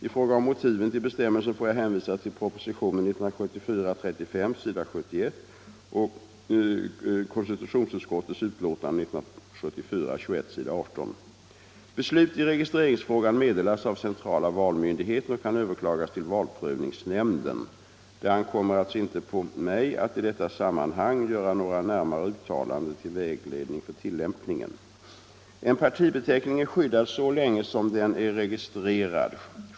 I fråga om motiven till bestämmelsen får jag hänvisa till propositionen 1974:35 s. 71 och till konstitutionsutskottets betänkande 1974:21 s. 18. Beslut i registreringsfrågan meddelas av centrala valmyndigheten och kan överklagas till valprövningsnämnden. Det ankommer alltså inte på mig att i detta sammanhang göra några närmare uttalanden till vägledning för tillämpningen. En partibeteckning är skyddad så länge som den är registrerad.